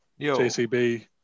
jcb